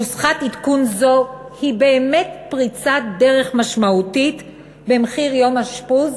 נוסחת עדכון זו היא באמת פריצת דרך משמעותית במחיר יום אשפוז,